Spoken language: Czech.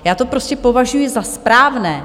Já to prostě považuji za správné.